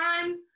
time